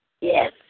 Yes